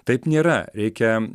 taip nėra reikia